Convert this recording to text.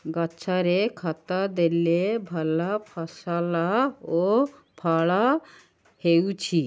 ଗଛରେ ଖତ ଦେଲେ ଭଲ ଫସଲ ଓ ଫଳ ହେଉଛି